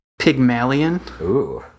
Pygmalion